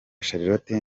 charlotte